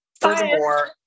Furthermore